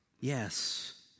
Yes